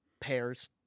pairs